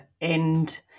end